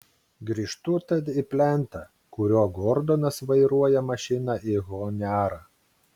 grįžtu tad į plentą kuriuo gordonas vairuoja mašiną į honiarą